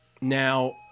Now